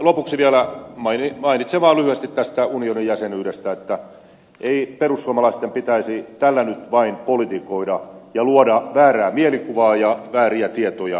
lopuksi vielä mainitsen vaan lyhyesti tästä unionin jäsenyydestä että ei perussuomalaisten pitäisi tällä nyt vain politikoida ja luoda väärää mielikuvaa ja antaa vääriä tietoja kansalaisille